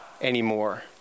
anymore